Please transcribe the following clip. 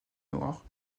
noirs